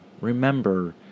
remember